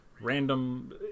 random